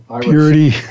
purity